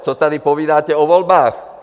Co tady povídáte o volbách?